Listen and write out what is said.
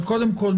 קודם כול,